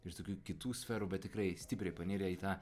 ir tokių kitų sferų bet tikrai stipriai panirę į tą